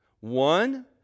One